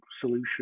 solution